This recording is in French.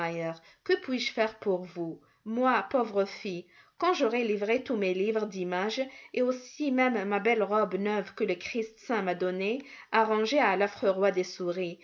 que puis-je faire pour vous moi pauvre fille quand j'aurai livré tous mes livres d'images et aussi même ma belle robe neuve que le christ saint m'a donnée à ronger à l'affreux roi des souris